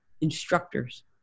instructors